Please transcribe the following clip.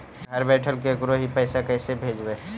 घर बैठल केकरो ही पैसा कैसे भेजबइ?